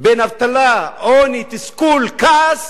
בין אבטלה, עוני, תסכול וכעס